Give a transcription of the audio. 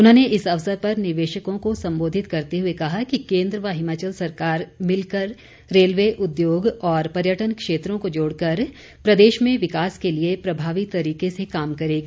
उन्होंने इस अवसर पर निवेशकों को संबोधित करते हुए कहा कि केन्द्र व हिमाचल सरकार मिलकर रेलवे उद्योग और पर्यटन क्षेत्रों को जोड़कर प्रदेश में विकास के लिए प्रभावी तरीके से काम करेंगी